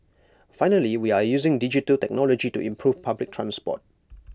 finally we are using digital technology to improve public transport